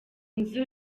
nzu